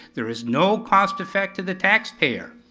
there is no cost effect to the taxpayer.